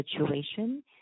situation